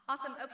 Awesome